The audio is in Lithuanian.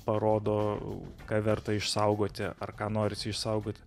parodo ką verta išsaugoti ar ką norisi išsaugoti